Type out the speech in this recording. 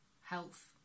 health